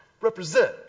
Represent